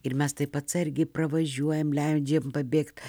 ir mes taip atsargiai pravažiuojam leidžiam pabėgt